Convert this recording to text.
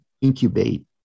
incubate